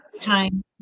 time